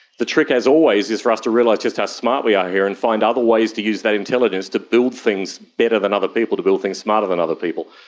the trick as always is for us to realise just how smart we are here and find other ways to use that intelligence to build things better than other people, to build things smarter than other people.